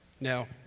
Now